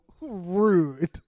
rude